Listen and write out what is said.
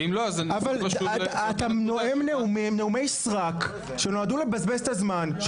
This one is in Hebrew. ואם לא- -- אתה נואם נאומי סרק שנועדו לבזבז את הזמן.